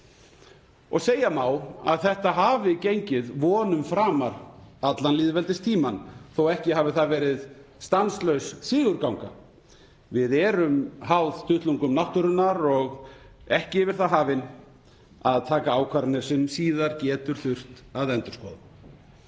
Segja má að þetta hafi gengið vonum framar á lýðveldistímanum þótt ekki hafi það verið stanslaus sigurganga. Við erum háð duttlungum náttúrunnar og erum ekki yfir það hafin að taka ákvarðanir sem síðar getur þurft að endurskoða.